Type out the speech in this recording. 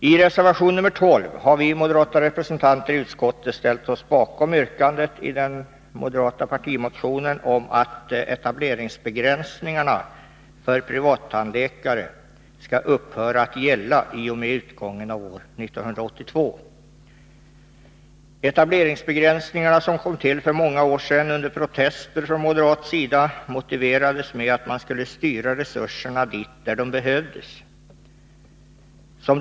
I reservation 12 har vi moderater i utskottet ställt oss bakom yrkandet i en moderat partimotion om att etableringsbegränsningarna för privattandläkare skall upphöra att gälla i och med utgången av år 1982. Etableringsbegränsningarna, som kom till för många år sedan under protester från moderat sida, motiverades med att man skulle styra resurserna dit där de behövdes.